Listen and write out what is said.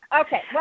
Okay